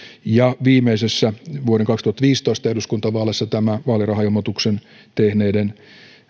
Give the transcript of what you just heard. ja viimeisissä vuoden kaksituhattaviisitoista eduskuntavaaleissa tämän vaalirahailmoituksen tehneiden